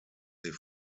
sie